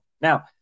Now